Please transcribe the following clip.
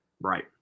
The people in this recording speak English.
Right